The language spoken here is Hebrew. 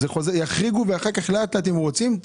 ואז לאט-לאט אם רוצים,